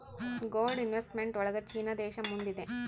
gold investment ಒಳಗ China ದೇಶ ಮುಂದಿದೆ